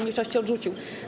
mniejszości odrzucił.